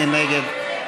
מי נגד?